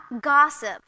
gossip